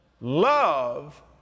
Love